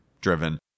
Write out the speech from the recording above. driven